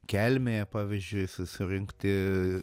kelmėje pavyzdžiui su susirinkti